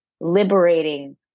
liberating